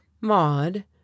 Maud